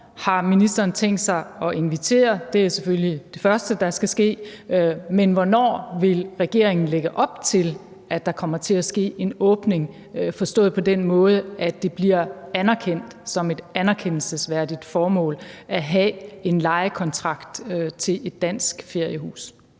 har ministeren tænkt sig at invitere – det er selvfølgelig det første, der skal ske – og hvornår vil regeringen lægge op til, at der kommer til at ske en åbning, forstået på den måde, at det bliver anerkendt som et anerkendelsesværdigt formål at have en lejekontrakt til et dansk feriehus?